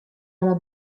alla